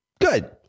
Good